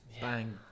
bang